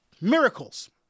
miracles